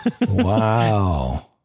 Wow